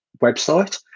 website